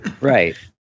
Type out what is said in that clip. Right